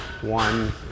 one